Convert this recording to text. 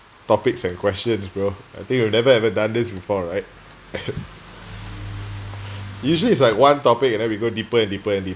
topics and questions bro I think you've never ever done this before right usually it's like one topic and then we go deeper and deeper and deeper